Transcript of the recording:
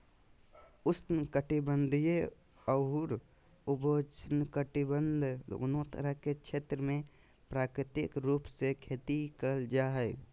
उष्ण कटिबंधीय अउर उपोष्णकटिबंध दोनो तरह के क्षेत्र मे प्राकृतिक रूप से खेती करल जा हई